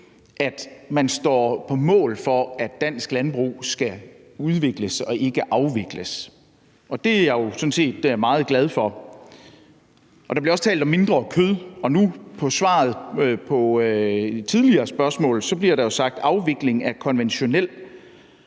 at man står på mål for, at dansk landbrug skal udvikles og ikke afvikles, og det er jeg jo sådan set meget glad for. Der bliver også talt om mindre kød, og på svaret på et tidligere spørgsmål blev der jo sagt: afvikling af konventionel